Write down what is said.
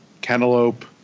Cantaloupe